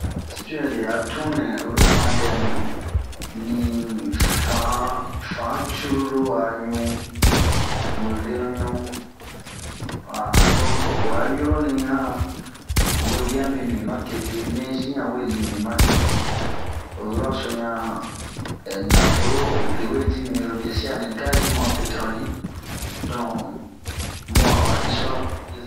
Suɛde a tun nɛ oyi lo o dɛmu, nii fan fan cururu a ɲu, mu zenu ɲu, an donke ho a yurɔ nɛ ɲanh, wɛwia mibin matete, nɛzi ɲan we libin matete, ho yura so ɲanh eeh ho naforo beweyi bin oro biesin a ho gazi ma petoron donh. bunh aba isituare beza.